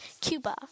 Cuba